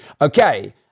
Okay